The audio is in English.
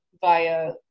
via